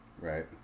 Right